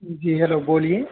جی hello بولیے